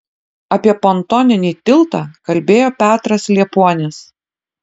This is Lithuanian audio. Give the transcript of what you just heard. apie pontoninį tiltą kalbėjo petras liepuonis